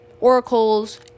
oracles